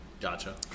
Gotcha